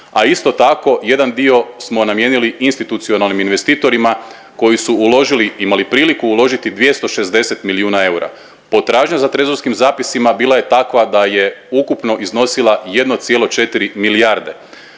a isto tako jedan dio smo namijenili institucionalnim investitorima koji su uložili, imali priliku uložiti 260 milijuna eura. Potražnja za trezorskim zapisima bila je takva da je ukupno iznosila 1,4 milijarde.